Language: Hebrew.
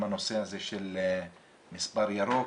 גם הנושא הזה של מספר ירוק,